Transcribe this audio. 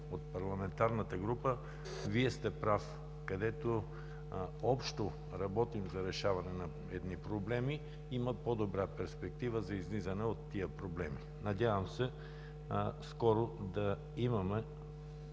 от парламентарната група, Вие сте прав – където общо работим за решаване на едни проблеми, има по-добра перспектива за излизане от тях. Надявам се скоро да имаме